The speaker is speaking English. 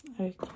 Okay